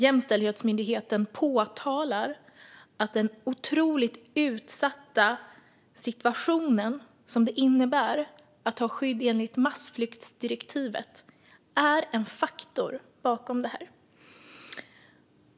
Jämställdhetsmyndigheten påtalar att den otroligt utsatta situation som det innebär att ha skydd enligt massflyktsdirektivet är en faktor bakom detta.